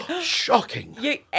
Shocking